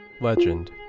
legend